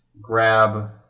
grab